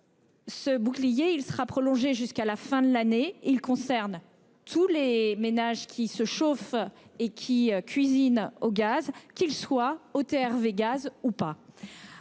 Ce bouclier, il sera prolongé jusqu'à la fin de l'année. Il concerne tous les ménages qui se chauffent et qui cuisine au gaz qu'ils soient au TRV gaz ou pas.